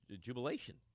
jubilation